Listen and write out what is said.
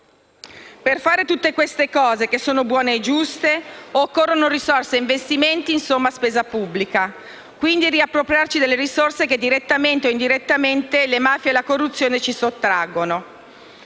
Per fare tutte queste cose, che sono buone e giuste, occorrono risorse, investimenti, insomma spesa pubblica. Serve quindi riappropriarci delle risorse che, direttamente o indirettamente, le mafie e la corruzione ci sottraggono.